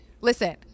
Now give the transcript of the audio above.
Listen